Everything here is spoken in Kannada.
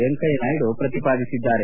ವೆಂಕಯ್ತ ನಾಯ್ದು ಪ್ರತಿಪಾದಿಸಿದ್ದಾರೆ